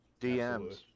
DMs